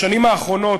בשנים האחרונות,